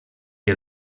que